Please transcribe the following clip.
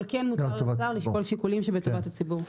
אבל כן מותר לשר לשקול שיקולים שבטובת הציבור.